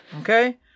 Okay